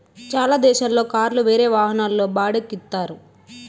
చాలా దేశాల్లో కార్లు వేరే వాహనాల్లో బాడిక్కి ఇత్తారు